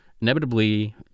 inevitably